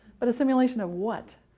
but a simulation of what?